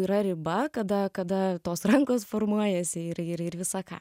yra riba kada kada tos rankos formuojasi ir ir ir visa ką